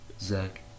Zach